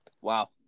Wow